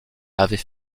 avait